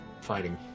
Fighting